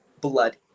blood